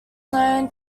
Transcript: known